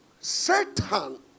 Satan